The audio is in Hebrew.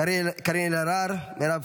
אינו נוכח, קארין אלהרר, מירב,